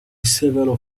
several